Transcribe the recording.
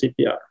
CPR